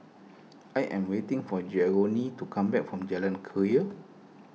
I am waiting for Jeromy to come back from Jalan Keria